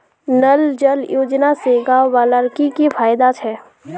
नल जल योजना से गाँव वालार की की फायदा छे?